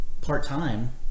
part-time